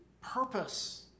purpose